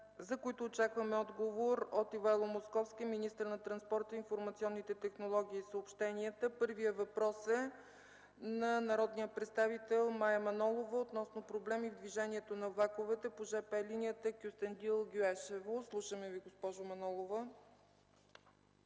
за които очакваме отговор от Ивайло Московски – министър на транспорта, информационните технологии и съобщенията. Първият въпрос е на народния представител Мая Манолова относно проблеми в движението на влаковете по жп линията Кюстендил-Гюешево. Слушаме Ви, госпожо Манолова.